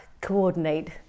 coordinate